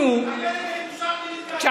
בוא נעשה אותו ראש ממשלה,